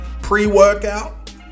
pre-workout